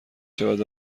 شود